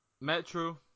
Metro